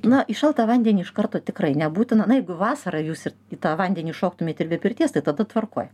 na į šaltą vandenį iš karto tikrai nebūtina na jeigu vasarą jūs ir į tą vandenį šoktumėt ir be pirties tai tada tvarkoj